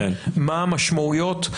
מה המשמעויות,